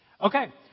Okay